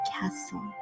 castle